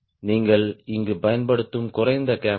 நீங்கள் இங்கு பயன்படுத்தும் குறைந்த கேம்பர்